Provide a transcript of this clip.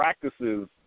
practices